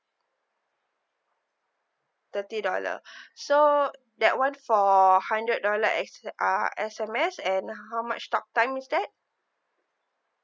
thirty dollar so that one for hundred dollar S ~ uh S_M_S and how much talk time is that